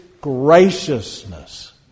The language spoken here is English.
graciousness